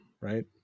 Right